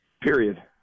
Period